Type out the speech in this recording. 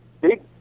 big